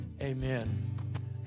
Amen